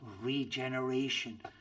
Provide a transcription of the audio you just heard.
regeneration